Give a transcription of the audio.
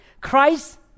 Christ